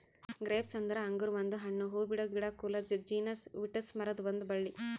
grapes ಅಂದುರ್ ಅಂಗುರ್ ಒಂದು ಹಣ್ಣು, ಹೂಬಿಡೋ ಗಿಡದ ಕುಲದ ಜೀನಸ್ ವಿಟಿಸ್ ಮರುದ್ ಒಂದ್ ಬಳ್ಳಿ